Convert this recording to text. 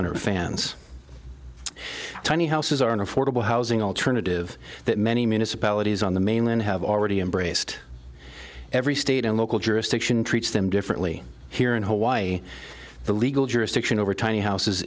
hundred fans tiny houses are an affordable housing alternative that many municipalities on the mainland have already embraced every state and local jurisdiction treats them differently here in hawaii the legal jurisdiction over tiny houses